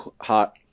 hot